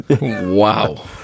Wow